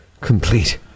complete